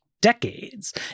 decades